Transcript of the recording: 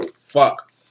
Fuck